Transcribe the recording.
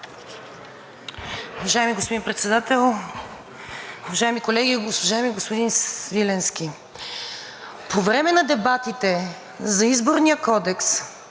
Уважаеми господин Председател, уважаеми колеги! Уважаеми господин Свиленски, по време на дебатите за Изборния кодекс